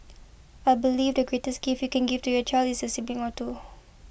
I believe the greatest gift can give to your child is a sibling or two